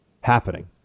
happening